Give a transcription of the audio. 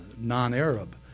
non-Arab